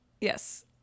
Yes